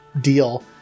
deal